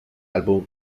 álbum